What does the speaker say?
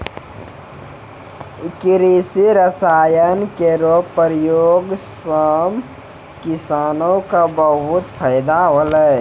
कृषि रसायन केरो प्रयोग सँ किसानो क बहुत फैदा होलै